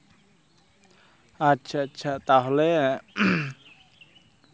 ᱟᱪᱪᱷᱟ ᱟᱪᱪᱷᱟ ᱛᱟᱦᱚᱞᱮ